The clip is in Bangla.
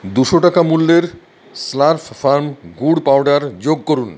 দুশো টাকা মূল্যের স্লার্প ফার্ম গুড় পাউডার যোগ করুন